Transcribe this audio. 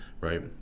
right